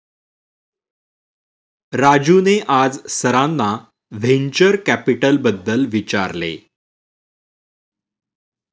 राजूने आज सरांना व्हेंचर कॅपिटलबद्दल विचारले